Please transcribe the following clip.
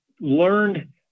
learned